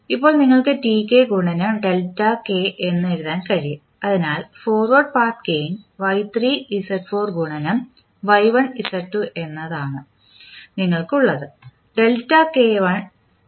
ഇപ്പോൾ നിങ്ങൾക്ക് Tk ഗുണനം ഡെൽറ്റ k എന്ന് എഴുതാൻ കഴിയും അതിനാൽ forward path gain Y3 Z4 ഗുണനം Y1 Z2 എന്നാണ് നിങ്ങൾക്ക് ഉള്ളത്